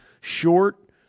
short